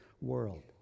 world